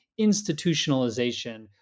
institutionalization